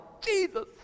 Jesus